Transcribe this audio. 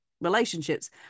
relationships